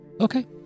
Okay